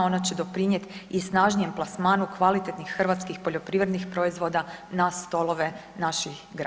Ona će doprinijeti i snažnijem plasmanu kvalitetnih hrvatskih poljoprivrednih proizvoda na stolove naših građana.